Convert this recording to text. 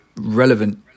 relevant